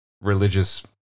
religious